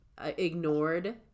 ignored